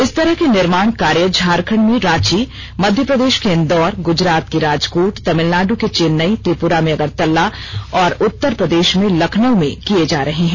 इस तरह के निर्माण कार्य झारखंड में रांची मध्यप्रदेश के इंदौर गुजरात के राजकोट तमिलनाडु के चेन्नेई त्रिपुरा में अगरतला और उत्तर प्रदेश में लखनऊ में किये जा रहे हैं